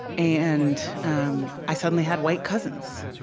and um i suddenly had white cousins.